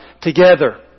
together